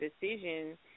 decision